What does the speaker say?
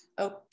okay